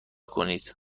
کنید